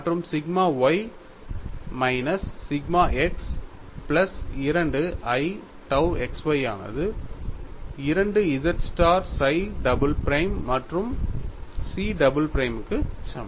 மற்றும் sigma y minus sigma x plus 2 i tau x y ஆனது 2 z star psi double prime மற்றும் chi double பிரைமுக்கு சமம்